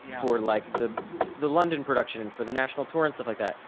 for like, the the london production for the national tour and stuff like that.